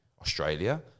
Australia